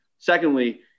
Secondly